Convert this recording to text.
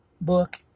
book